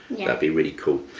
be really cool.